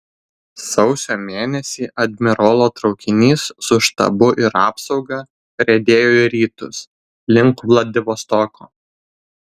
sausio mėnesį admirolo traukinys su štabu ir apsauga riedėjo į rytus link vladivostoko